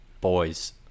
Boys